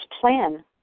plan